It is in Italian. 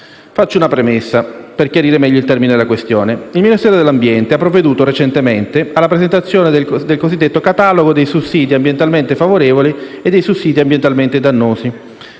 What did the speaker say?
Faccio una premessa, per chiarire meglio il termine della questione. Il Ministero dell'ambiente ha provveduto recentemente alla presentazione del Catalogo dei sussidi ambientalmente favorevoli e dei sussidi ambientalmente dannosi.